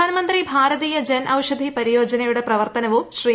പ്രധാൻമന്ത്രി ഭാരതീയ ജൻ ഔഷധ്യി പ്പ്രിയോജനയുടെ പ്രവർത്തനവും ശ്രീ